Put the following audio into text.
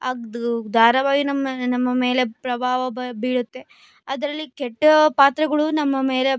ಆಗ ದೂ ಧಾರಾವಾಹಿ ನಮ್ಮ ನಮ್ಮ ಮೇಲೆ ಪ್ರಭಾವ ಬ ಬೀರುತ್ತೆ ಅದರಲ್ಲಿ ಕೆಟ್ಟ ಪಾತ್ರಗಳು ನಮ್ಮ ಮೇಲೆ